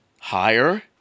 higher